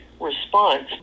response